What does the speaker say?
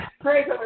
Praise